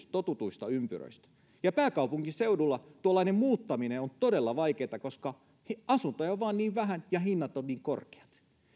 totutuista ympyröistä ja pääkaupunkiseudulla tuollainen muuttaminen on todella vaikeaa koska asuntoja vain on niin vähän ja hinnat ovat niin korkeat